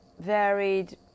varied